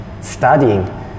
studying